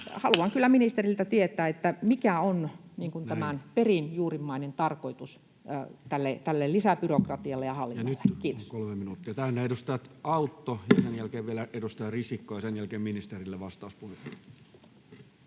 haluan kyllä ministeriltä tietää, mikä on perinjuurimmainen tarkoitus tälle lisäbyrokratialle ja ‑hallinnolle. — Kiitos. Ja nyt on 3 minuuttia täynnä. — Edustaja Autto ja sen jälkeen vielä edustaja Risikko ja sen jälkeen ministerille vastauspuheenvuoro.